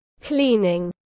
cleaning